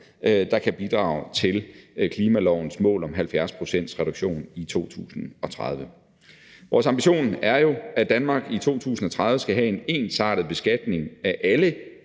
der kan bidrage til klimalovens mål om 70 pct.s reduktion i 2030. Vores ambition er jo, at Danmark i 2030 skal have en ensartet beskatning af alle